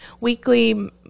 weekly